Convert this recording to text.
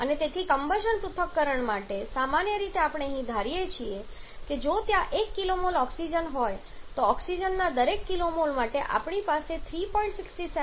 અને તેથી કમ્બશન પૃથ્થકરણ માટે સામાન્ય રીતે આપણે અહીં ધારીએ છીએ કે જો ત્યાં 1 kmol ઓક્સિજન હોય તો ઓક્સિજનના દરેક kmol માટે આપણી પાસે 3